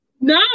No